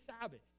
Sabbath